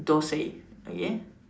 dosai okay